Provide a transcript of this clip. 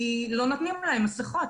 כי לא נותנים להם מסכות.